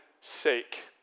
sake